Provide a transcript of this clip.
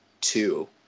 two